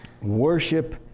worship